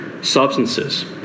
substances